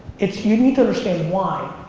it's you need to understand why.